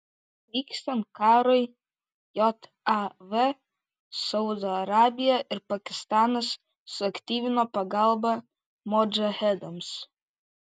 vykstant karui jav saudo arabija ir pakistanas suaktyvino pagalbą modžahedams